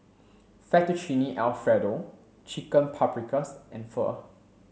Fettuccine Alfredo Chicken Paprikas and Pho